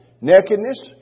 Nakedness